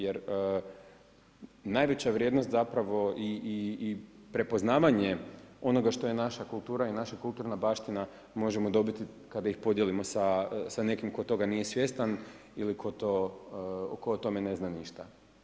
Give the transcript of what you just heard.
Jer najveća vrijednost zapravo i prepoznavanje onoga što je naša kultura i naša kulturna baština možemo dobiti kada ih podijelimo sa nekim tko toga nije svjestan ili tko o tome ne zna ništa.